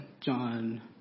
John